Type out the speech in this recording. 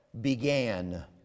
began